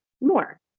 more